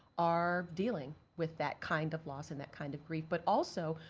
are dealing with that kind of loss and that kind of grieving. but also,